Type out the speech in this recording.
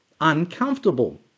uncomfortable